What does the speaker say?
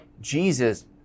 Jesus